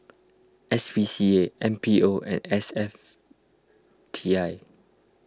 S P C A M P O and S F T I